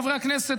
חברי הכנסת,